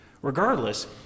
Regardless